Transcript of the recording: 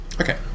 Okay